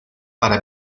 para